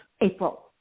April